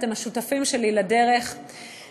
אתם השותפים שלי לדרך,